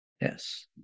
Yes